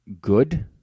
Good